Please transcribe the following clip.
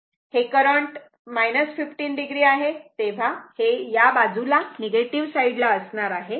हे current 15 o आहे तेव्हा हे या बाजूला निगेटिव्ह साईड ला असणार आहे